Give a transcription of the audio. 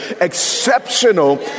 exceptional